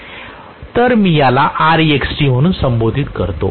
तर मी याला Rext म्हणून संबोधित करतो